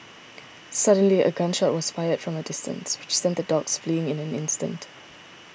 suddenly a gun shot was fired from a distance which sent the dogs fleeing in an instant